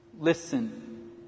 Listen